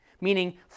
meaning